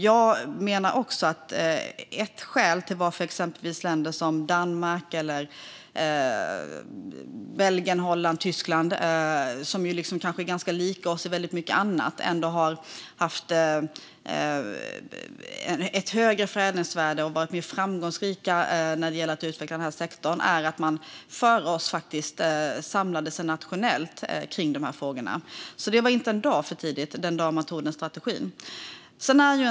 Jag menar att ett skäl till att exempelvis länder som Danmark, Belgien, Holland och Tyskland, som är lika oss i mycket annat, ändå har haft ett högre förädlingsvärde och varit mer framgångsrika i att utveckla sektorn, är att de samlat sig nationellt runt dessa frågor. Det var inte en dag för tidigt när strategin antogs.